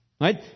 Right